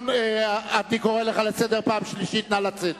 הוא ראש הממשלה שלך.